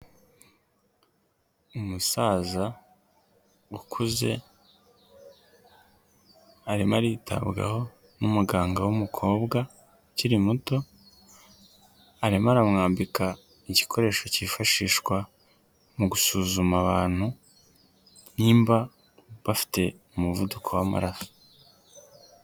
Umusaza ukuze arimo aritabwaho n'umuganga w'umukobwa ukiri muto, arimo aramwambika igikoresho kifashishwa mu gusuzuma abantu, nimba bafite umuvuduko w'amaraso.